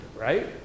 right